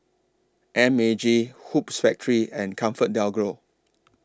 M A G Hoops Factory and ComfortDelGro